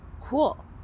Cool